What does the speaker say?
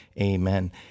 Amen